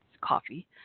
Coffee